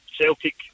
Celtic